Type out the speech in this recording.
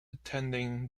attending